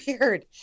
weird